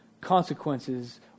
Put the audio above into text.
consequences